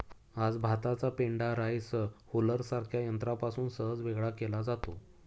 आज भाताचा पेंढा राईस हुलरसारख्या यंत्रापासून सहज वेगळा केला जातो